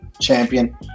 champion